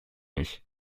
nicht